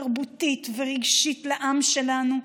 תרבותית ורגשית לעם שלנו,